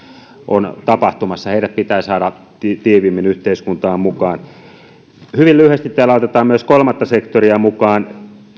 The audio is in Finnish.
on tapahtumassa heidät pitää saada tiiviimmin yhteiskuntaan mukaan hyvin lyhyesti täällä otetaan myös kolmatta sektoria mukaan